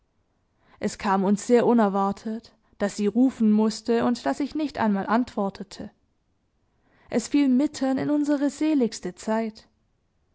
es kam uns sehr unerwartet daß sie rufen mußte und daß ich nicht einmal antwortete es fiel mitten in unsere seligste zeit